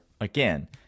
again